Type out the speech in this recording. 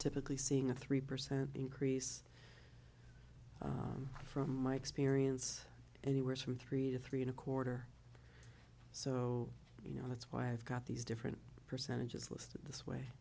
typically seeing a three percent increase from my experience anywhere from three to three and a quarter so you know that's why i've got these different percentages listed this way